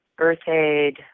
EarthAid